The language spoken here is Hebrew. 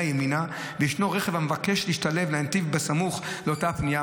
ימינה ויש רכב המבקש להשתלב בנתיב סמוך לאותה פנייה,